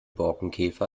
borkenkäfer